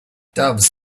doves